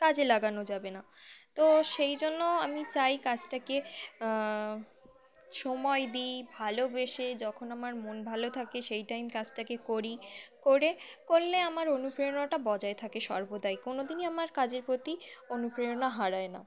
কাজে লাগানো যাবে না তো সেই জন্য আমি চাই কাজটাকে সময় দিই ভালোবেসে যখন আমার মন ভালো থাকে সেই টাইম কাজটাকে করি করে করলে আমার অনুপ্রেরণাটা বজায় থাকে সর্বদাই কোনো দিনই আমার কাজের প্রতি অনুপ্রেরণা হারায় না